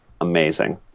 amazing